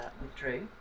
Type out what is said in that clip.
withdrew